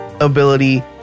ability